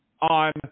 on